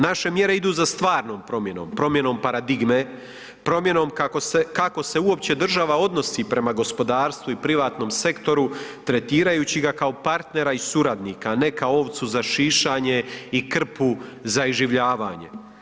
Naše mjere idu za stvarnom promjenom, promjenom paradigme, promjenom kako se, kako se uopće država odnosi prema gospodarstvu i privatnom sektoru tretirajući ga kao partnera i suradnika, a ne kao ovcu za šištanje i krpu za iživljavanje.